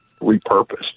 repurposed